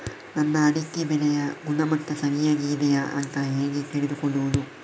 ನನ್ನ ಅಡಿಕೆ ಬೆಳೆಯ ಗುಣಮಟ್ಟ ಸರಿಯಾಗಿ ಇದೆಯಾ ಅಂತ ಹೇಗೆ ತಿಳಿದುಕೊಳ್ಳುವುದು?